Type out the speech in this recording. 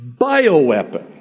bioweapon